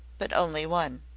but only one.